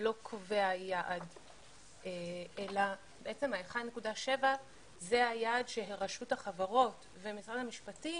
לא קובע יעד אלא בעצם ה-1.7% זה היעד שרשות החברות ומשרד המשפטים